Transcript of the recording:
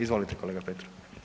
Izvolite kolega Petrov.